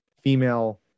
female